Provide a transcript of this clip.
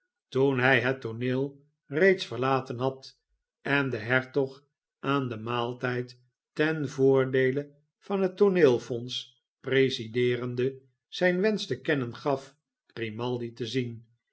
toen hij het tooneel reeds verlaten had en de hertog aan den maaltijd ten voordeele van het tooneelfonds presideerende zijn wensch te kennen gaf grimaldi te zien